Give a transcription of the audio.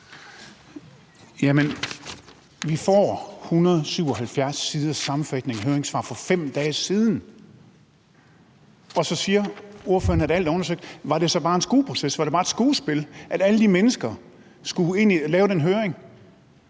Jamen vi har fået 177 siders sammenfatning af høringssvar for 5 dage siden, og så siger ordføreren, at alt er undersøgt. Var det så bare en skueproces? Var det bare et skuespil, at alle de mennesker skulle lave den høring,